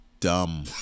Dumb